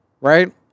right